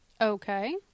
Okay